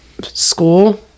school